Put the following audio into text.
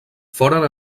foren